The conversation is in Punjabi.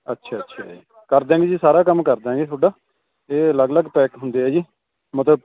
ਅੱਛਾ ਅੱਛਾ ਜੀ ਕਰ ਦਿਆਂਗੇ ਜੀ ਸਾਰਾ ਕੰਮ ਕਰ ਦਿਆਂਗੇ ਤੁਹਾਡਾ ਇਹ ਅਲੱਗ ਅਲੱਗ ਪੈਕ ਹੁੰਦੇ ਆ ਜੀ ਮਤਲਬ